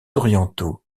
orientaux